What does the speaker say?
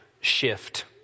shift